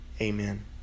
Amen